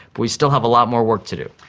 we still have a lot more work to do.